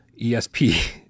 ESP